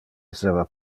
esseva